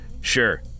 sure